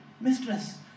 mistress